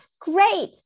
Great